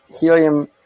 helium